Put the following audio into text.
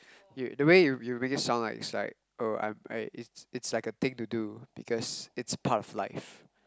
you the way you you make it sound like is like oh I'm I it's it's like a thing to do because it's part of life